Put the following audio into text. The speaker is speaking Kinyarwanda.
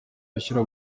bishyura